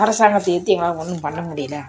அரசாங்கத்தை எதித்து எங்களால் ஒன்றும் பண்ண முடியல